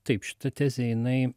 taip šita tezė jinai